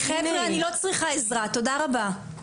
חבר'ה אני לא צריכה עזרה, תודה רבה.